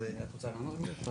את רוצה לענות?